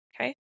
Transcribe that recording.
Okay